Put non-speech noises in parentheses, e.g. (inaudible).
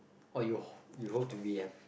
oh you (breath) you hope to be a